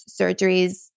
surgeries